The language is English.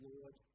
Lord